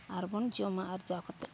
ᱟᱨᱵᱚᱱ ᱡᱚᱢᱟ ᱟᱨᱡᱟᱣ ᱠᱟᱛᱮᱫ